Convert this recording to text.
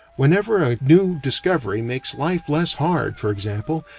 whenever a new discovery makes life less hard, for example,